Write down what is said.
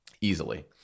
easily